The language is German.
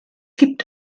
gibt